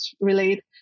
relate